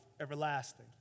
everlasting